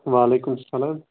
وعلیکم اسلام